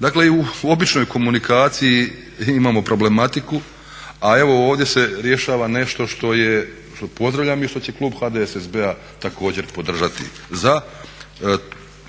Dakle, i u običnoj komunikaciji imamo problematiku, a evo ovdje se rješava nešto što pozdravljam i što će klub HDSSB-a također podržati za